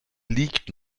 liegt